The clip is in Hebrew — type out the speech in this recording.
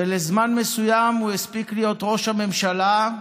ולזמן מסוים הוא הספיק להיות ראש הממשלה,